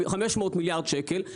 500 מיליארד שקל,